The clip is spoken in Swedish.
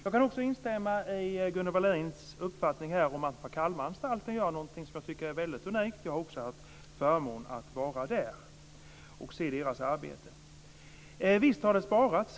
Jag kan också instämma i Gunnel Wallins uppfattning att Kalmaranstalten gör någonting som är unikt. Jag har också haft förmånen att vara där och se deras arbete. Visst har det sparats.